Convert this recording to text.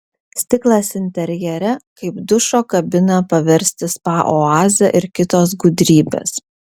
stiklas interjere kaip dušo kabiną paversti spa oaze ir kitos gudrybės